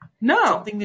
No